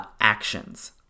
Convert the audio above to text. actions